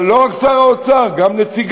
אבל לא רק שר האוצר, גם נציגיו,